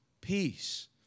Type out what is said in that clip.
peace